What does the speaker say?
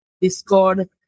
Discord